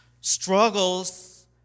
Struggles